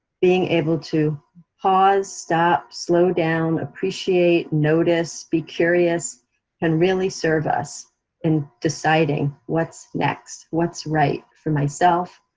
being able to pause, stop, slow down, appreciate, notice, be curious can really serve us in deciding what's next, what's right for myself,